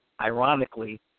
ironically